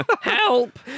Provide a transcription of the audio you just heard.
help